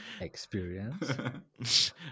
Experience